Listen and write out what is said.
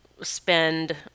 Spend